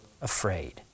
afraid